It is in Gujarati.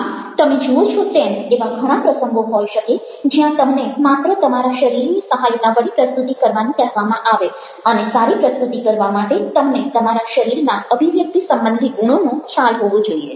આમ તમે જુઓ છો તેમ એવા ઘણા પ્રસંગો હોઈ શકે જ્યાં તમને માત્ર તમારા શરીરની સહાયતા વડે પ્રસ્તુતિ કરવાનું કહેવામાં આવે અને સારી પ્રસ્તુતિ કરવા માટે તમને તમારા શરીરના અભિવ્યક્તિ સંબંધી ગુણોનો ખ્યાલ હોવો જોઈએ